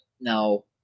No